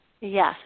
Yes